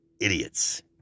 idiots